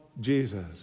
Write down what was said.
Jesus